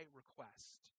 request